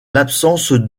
l’absence